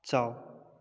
ꯆꯥꯎ